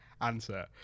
answer